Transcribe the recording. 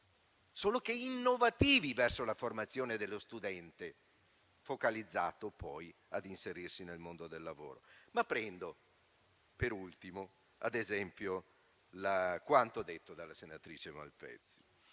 formativi, innovativi verso la formazione dello studente, focalizzato poi ad inserirsi nel mondo del lavoro. Prendo infine ad esempio quanto detto dalla senatrice Malpezzi.